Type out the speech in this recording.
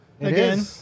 Again